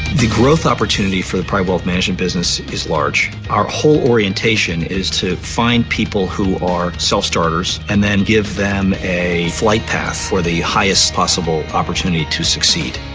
the growth opportunity for the private wealth management business is large. our whole orientation is to find people who are self-starters and then give them a flight path for the highest possible opportunity to succeed.